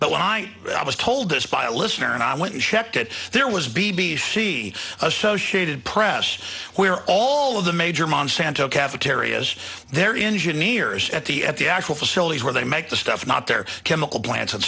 but when i was told this by a listener and i went and checked it there was a b b c associated press where all of the major monsanto cafeterias their engine ears at the at the actual facilities where they make the stuff not their chemical plants and